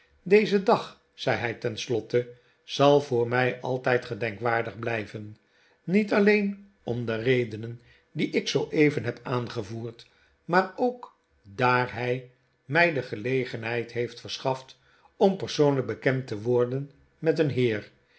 deze dag zei hij tenslotte zal voor mij altijd gedenkwaardig blijven niet alleen om de redenen die ik zooeven heb aangevoerd maar ook daar hij mij de gelegenheid heeft verschaft om persoonlijk bekend te worden met een heer